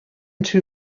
two